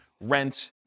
rent